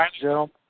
gentlemen